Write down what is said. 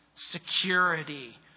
security